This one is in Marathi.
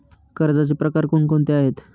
कर्जाचे प्रकार कोणकोणते आहेत?